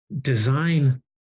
design